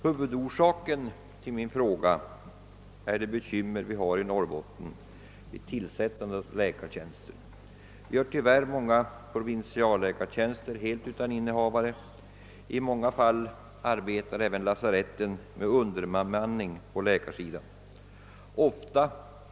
Huvudanledningen till min fråga är de bekymmer vi har i Norrbotten när det gäller tillsättandet av läkartjänster. Många av våra provinsialläkartjänster är tyvärr helt utan innehavare, och i många fall arbetar även lasaretten med underbemanning bland läkarna.